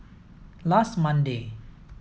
last Monday